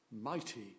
mighty